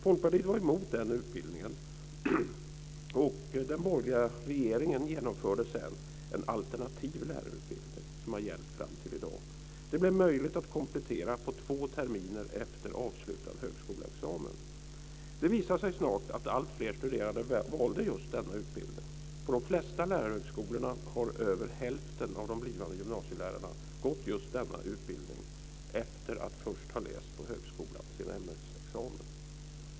Folkpartiet var emot den utbildningen, och den borgerliga regeringen genomförde sedan en alternativ lärarutbildning som har gällt fram till i dag. Det blev möjligt att komplettera på två terminer efter avslutad högskoleexamen. Det visade sig snart att alltfler studerande valde just denna utbildning. På de flesta lärarhögskolorna har över hälften av de blivande gymnasielärarna gått just denna utbildning efter att först ha läst sin ämnesexamen på högskolan.